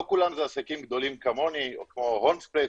לא כולם זה עסקים גדולים כמוני או כמו הולמס פלייס,